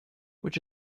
which